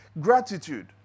gratitude